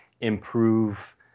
improve